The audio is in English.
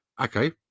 Okay